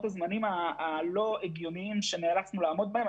הזמנים הלא הגיוניים שנאלצנו לעמוד בהם.